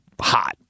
hot